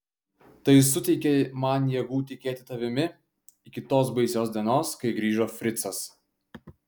tai suteikė man jėgų tikėti tavimi iki tos baisios dienos kai grįžo fricas